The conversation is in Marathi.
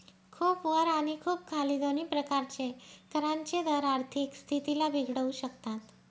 खूप वर आणि खूप खाली दोन्ही प्रकारचे करांचे दर आर्थिक स्थितीला बिघडवू शकतात